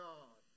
God